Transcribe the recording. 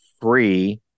free